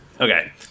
Okay